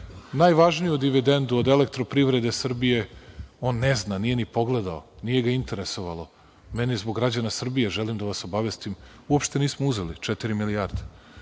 Najvažniju dividendu od Elektroprivrede Srbije on ne zna, nije ni pogledao, nije ga interesovalo. Zbog građana Srbije želim da vas obavestim, uopšte nismo uzeli četiri milijarde.